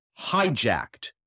hijacked